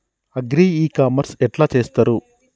Agri e commerce ఎట్ల చేస్తరు?